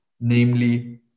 namely